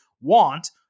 want